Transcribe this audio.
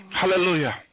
Hallelujah